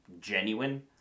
genuine